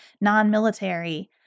non-military